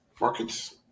markets